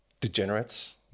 degenerates